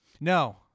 No